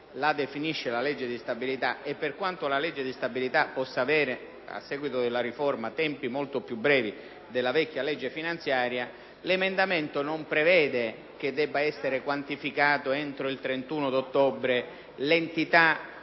legge di stabilità e, per quanto tale legge possa avere, a seguito della riforma, tempi molto più brevi della vecchia legge finanziaria, l'emendamento non prevede che debba essere quantificata entro il 31 ottobre l'entità